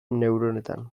neuronetan